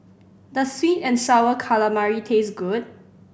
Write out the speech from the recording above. does sweet and Sour Calamari taste good